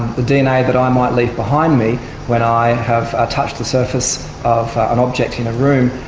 the dna that i might leave behind me when i have touched the surface of an object in a room,